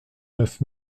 neuf